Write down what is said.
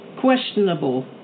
Questionable